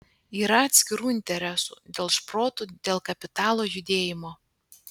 yra atskirų interesų dėl šprotų dėl kapitalo judėjimo